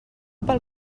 pel